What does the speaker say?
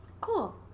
cool